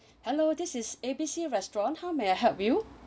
hello this is a b c restaurant how may I help you